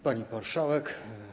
Pani Marszałek!